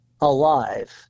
alive